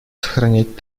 сохранять